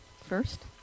first